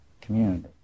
community